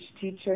teacher